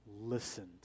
listened